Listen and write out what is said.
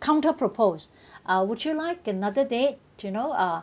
counter propose uh would you like another date you know uh